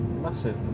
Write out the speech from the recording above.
Massive